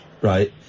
Right